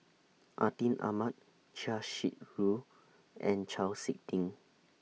Atin Amat Chia Shi Lu and Chau Sik Ting